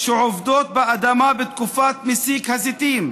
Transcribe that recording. שעובדות באדמה בתקופת מסיק הזיתים,